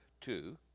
two